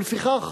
ולפיכך